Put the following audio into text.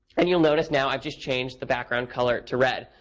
and you'll notice now i just changed the background color to red.